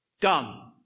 Done